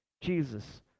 Jesus